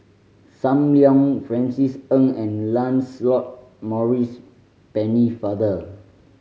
Sam Leong Francis Ng and Lancelot Maurice Pennefather